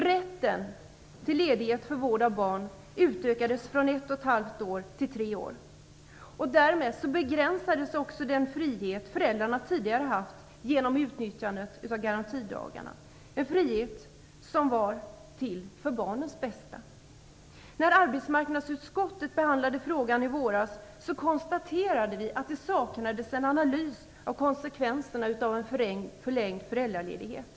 Rätten till ledighet för vård av barn utökades från ett och ett halvt år till tre år. Därmed begränsades också den frihet föräldrarna förut haft genom utnyttjandet av garantidagarna - en frihet som var till för barnens bästa. När arbetsmarknadsutskottet behandlade frågan i våras konstaterade vi att det saknades en analys av konsekvenserna av en förlängd föräldraledighet.